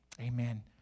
Amen